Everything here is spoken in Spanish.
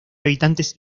habitantes